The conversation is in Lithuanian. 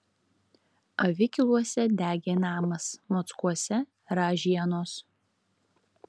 avikiluose degė namas mockuose ražienos